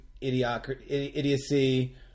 idiocy